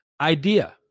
idea